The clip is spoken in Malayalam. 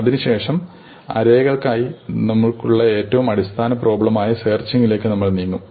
അതിനു ശേഷം അറേകൾക്കായി നമ്മൾക്കുള്ള ഏറ്റവും അടിസ്ഥാന പ്രോബ്ലമായ സെർച്ചിങ്ങിലേക് നമ്മൾ നീങ്ങും